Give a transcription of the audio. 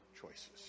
choices